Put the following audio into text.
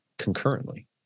concurrently